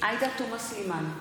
עאידה תומא סלימאן,